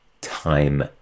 time